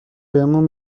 بهمون